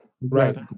Right